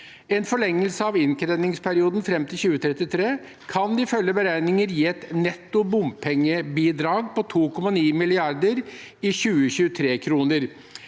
En forlengelse av innkrevingsperioden til 2033 kan ifølge beregninger gi et netto bompengebidrag på 2,9 mrd. kr i 2023-kroner.